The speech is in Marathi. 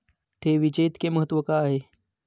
ठेवीचे इतके महत्व का आहे?